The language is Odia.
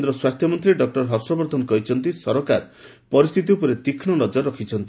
କେନ୍ଦ୍ର ସ୍ୱାସ୍ଥ୍ୟମନ୍ତ୍ରୀ ଡକୁର ହର୍ଷବର୍ଦ୍ଧନ କହିଛନ୍ତି ସରକାର ପରିସ୍ଥିତି ଉପରେ ତୀକ୍ଷ୍ଣ ନଜର ରଖିଛନ୍ତି